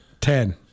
Ten